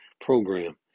program